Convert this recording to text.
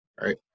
right